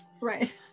Right